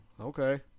Okay